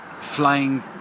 flying